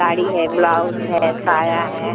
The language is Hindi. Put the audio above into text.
साड़ी है ब्लाउज़ है साया है